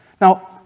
Now